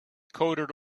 coated